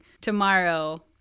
tomorrow